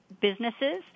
businesses